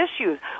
issues